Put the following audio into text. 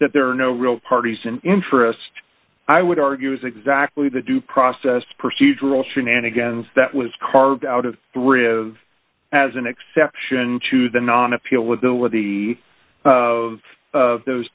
that there are no real parties in interest i would argue is exactly the due process procedural shenanigans that was carved out of three of as an exception to the non appeal with the with the of those